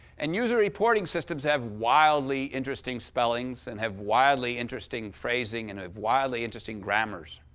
and user reporting systems have wildly interesting spellings and have wildly interesting phrasing and have wildly interesting grammars.